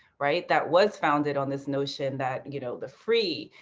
right, that was founded on this notion that, you know, the free,